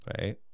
Right